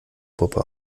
puppe